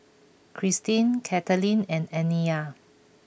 Christine Kathaleen and Aniya